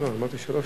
שלוש מלים.